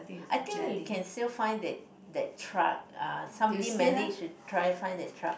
I think you can still find that that trade uh somebody manage to try and find that trad